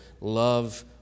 love